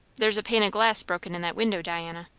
there's a pane of glass broken in that window, diana.